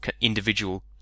individual